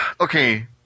Okay